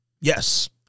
Yes